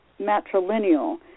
matrilineal